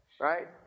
Right